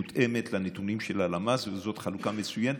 שמותאמת לנתונים של הלמ"ס, וזו חלוקה מצוינת.